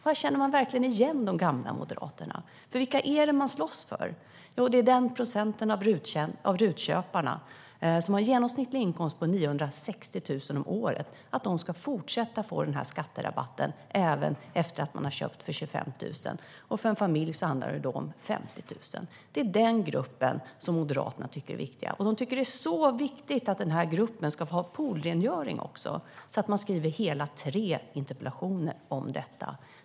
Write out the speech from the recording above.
Här känner man verkligen igen de gamla moderaterna. Vilka är det de slåss för? Jo, det är den procent av RUT-köparna som har en genomsnittlig inkomst på 960 000 kronor om året - för att de ska fortsätta få den här skatterabatten även sedan de har köpt för 25 000 kronor respektive 50 000 kronor för en familj. Det är den gruppen Moderaterna tycker är viktig. Och de tycker att det är så viktigt att den gruppen ska få poolrengöring också att de skriver hela tre interpellationer om detta.